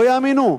לא יאמינו?